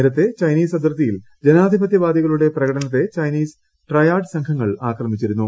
നേരത്തെ ചൈനീസ് അതിർത്തിയിൽ ജനാധിപത്യവാദികളുടെ പ്രകടനത്തെ ചൈനീസ് ട്രയഡ് സംഘങ്ങൾ ആക്രമിച്ചിരുന്നു